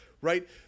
Right